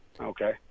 Okay